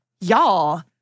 Y'all